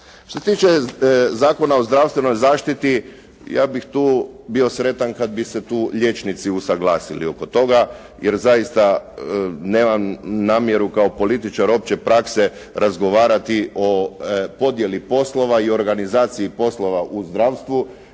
Što se tiče Zakona o zdravstvenoj zaštiti ja bih tu bio sretan kad bi se tu liječnici usaglasili oko toga jer zaista nemam namjeru kao političar opće prakse razgovarati o podjeli poslova i organizaciji poslova u zdravstvu